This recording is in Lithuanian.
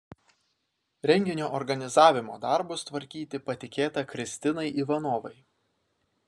renginio organizavimo darbus tvarkyti patikėta kristinai ivanovai